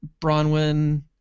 Bronwyn